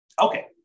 Okay